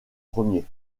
premier